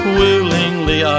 willingly